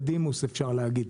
בדימוס אפשר להגיד,